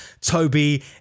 Toby